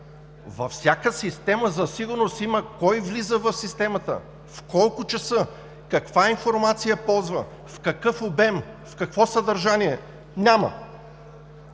Във всяка система за сигурност има: кой влиза в системата, в колко часа, каква информация ползва, в какъв обем, в какво съдържание. Няма!